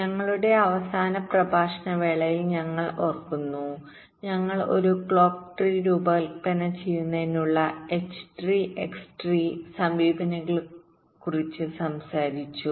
ഞങ്ങളുടെ അവസാന പ്രഭാഷണ വേളയിൽ ഞങ്ങൾ ഓർക്കുന്നു ഞങ്ങൾ ഒരു ക്ലോക്ക് ട്രീ രൂപകൽപ്പന ചെയ്യുന്നതിനുള്ള എച്ച് ട്രീ എക്സ് ട്രീസമീപനങ്ങളെക്കുറിച്ച് സംസാരിച്ചു